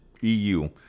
EU